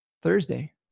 Thursday